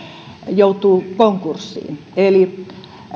joutuu konkurssiin eli